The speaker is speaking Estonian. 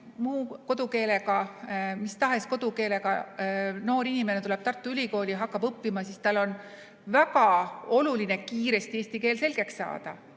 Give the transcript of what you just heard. mis tahes kodukeelega noor inimene tuleb Tartu Ülikooli ja hakkab õppima, siis tal on väga oluline kiiresti eesti keel selgeks saada